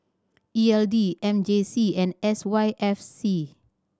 E L D M J C and S Y F C